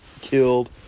killed